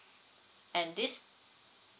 and this